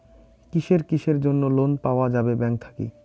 কিসের কিসের জন্যে লোন পাওয়া যাবে ব্যাংক থাকি?